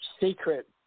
secret